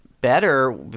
better